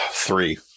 three